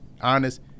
honest